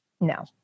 no